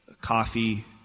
coffee